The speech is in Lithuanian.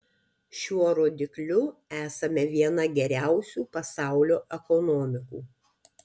šiuo rodikliu esame viena geriausių pasaulio ekonomikų